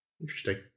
Interesting